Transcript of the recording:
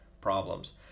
problems